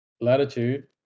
latitude